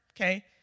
okay